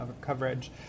coverage